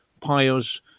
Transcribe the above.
pious